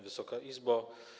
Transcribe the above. Wysoka Izbo!